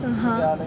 (uh huh)